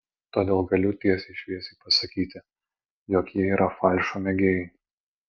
todėl galiu tiesiai šviesiai pasakyti jog jie yra falšo mėgėjai